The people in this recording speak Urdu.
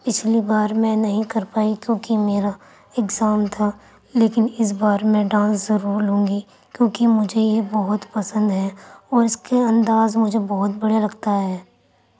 پچھلی بار میں نہیں کر پائی کیونکہ میرا ایکزام تھا لیکن اِس بار میں ڈانس ضرور لوں گی کیونکہ مجھے یہ بہت پسند ہیں اور اِس کے انداز مجھے بہت بڑھیا لگتا ہے